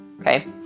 okay